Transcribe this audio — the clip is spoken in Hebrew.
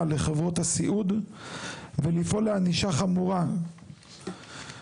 לחברות הסיעוד ולפעול לענישה חמורה כלפיהם.